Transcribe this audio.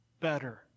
better